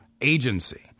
agency